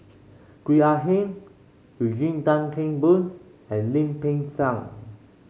Gwee Ah Hing Eugene Tan Kheng Boon and Lim Peng Siang